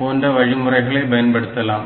போன்ற வழிமுறைகளை பயன்படுத்தலாம்